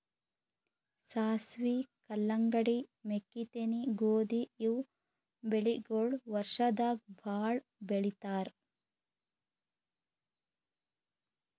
ಸಾಸ್ವಿ, ಕಲ್ಲಂಗಡಿ, ಮೆಕ್ಕಿತೆನಿ, ಗೋಧಿ ಇವ್ ಬೆಳಿಗೊಳ್ ವರ್ಷದಾಗ್ ಭಾಳ್ ಬೆಳಿತಾರ್